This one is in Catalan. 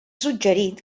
suggerit